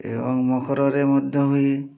ଏବଂ ମକରରେ ମଧ୍ୟ ହୁଏ